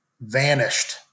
vanished